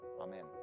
Amen